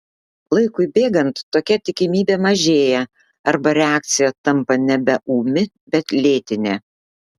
laikui bėgant tokia tikimybė mažėja arba reakcija tampa nebe ūmi bet lėtinė